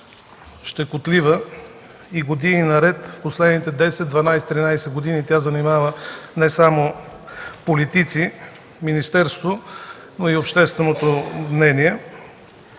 щекотлива и години наред, в последните 10-12-13 години тя занимава не само политици, министерства, но и общественото мнение.